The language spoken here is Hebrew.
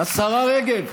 השרה רגב.